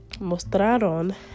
Mostraron